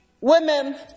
Women